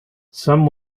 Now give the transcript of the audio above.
some